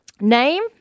Name